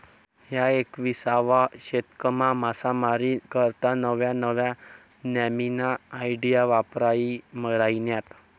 ह्या एकविसावा शतकमा मासामारी करता नव्या नव्या न्यामीन्या आयडिया वापरायी राहिन्यात